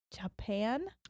Japan